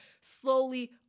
slowly